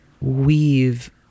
weave